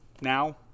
Now